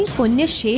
punish